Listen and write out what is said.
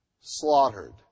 slaughtered